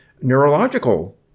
neurological